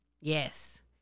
Yes